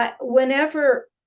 Whenever